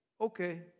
Okay